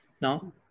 No